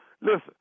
Listen